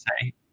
say